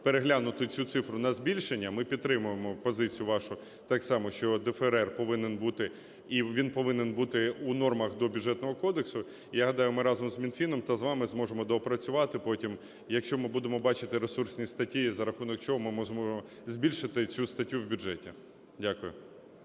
переглянути цю цифру на збільшення, ми підтримуємо позицію вашу так само, що ДФРР повинен бути, і він повинен бути у нормах до Бюджетного кодексу. Я гадаю, ми разом з Мінфіном та з вами зможемо доопрацювати потім, якщо ми будемо бачити ресурсні статті, за рахунок чого ми можемо збільшити цю статтю в бюджеті. Дякую.